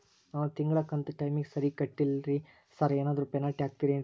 ನಾನು ತಿಂಗ್ಳ ಕಂತ್ ಟೈಮಿಗ್ ಸರಿಗೆ ಕಟ್ಟಿಲ್ರಿ ಸಾರ್ ಏನಾದ್ರು ಪೆನಾಲ್ಟಿ ಹಾಕ್ತಿರೆನ್ರಿ?